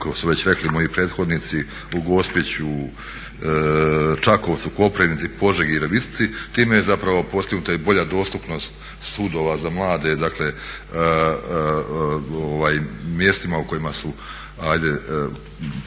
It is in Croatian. kako su već rekli moji prethodnici u Gospiću, Čakovcu, Koprivnici, Požegi, Virovitici. Time je zapravo postignuta i bolja dostupnost sudova za mlade mjestima u kojima su